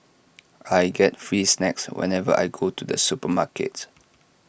I get free snacks whenever I go to the supermarket